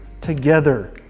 together